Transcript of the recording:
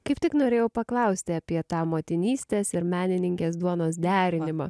kaip tik norėjau paklausti apie tą motinystės ir menininkės duonos derinimą